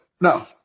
No